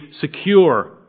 secure